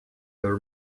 her